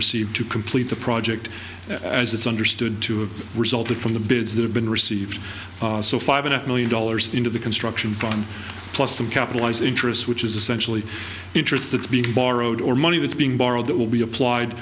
received to complete the project as it's understood to have resulted from the bids that have been received so five million dollars into the construction fund plus some capitalized interest which is essentially interest that's being borrowed or money that's being borrowed that will be applied